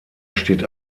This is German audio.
steht